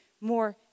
more